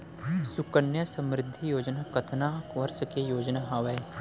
सुकन्या समृद्धि योजना कतना वर्ष के योजना हावे?